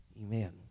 amen